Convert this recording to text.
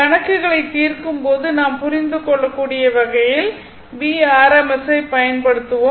கணக்குகளை தீர்க்கும் போது நாம் புரிந்து கொள்ளக்கூடிய வகையில் vRms ஐப் பயன்படுத்துவோம்